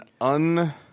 un